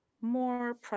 more